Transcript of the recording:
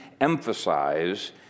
emphasize